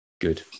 good